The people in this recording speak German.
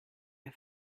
der